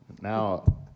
Now